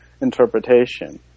interpretation